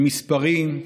במספרים,